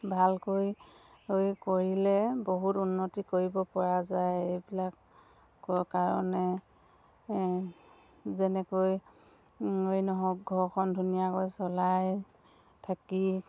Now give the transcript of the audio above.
ভালকৈ কৰিলে বহুত উন্নতি কৰিবপৰা যায় এইবিলাক কাৰণে যেনেকৈ নহওক ঘৰখন ধুনীয়াকৈ চলাই থাকি